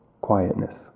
quietness